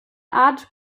art